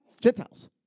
Gentiles